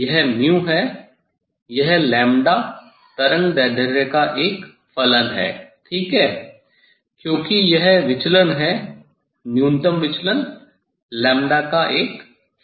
यह यह तरंगदैर्ध्य का एक फलन है ठीक है क्योंकि यह विचलन न्यूनतम विचलन का एक फलन है